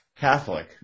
catholic